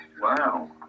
Wow